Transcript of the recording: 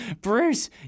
Bruce